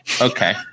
okay